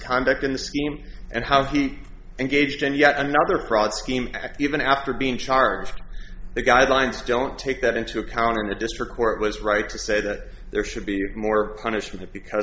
conduct in the scheme and how he engaged and yet another proud scheme even after being charged the guidelines don't take that into account in the district court was right to say that there should be more punishment because